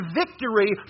victory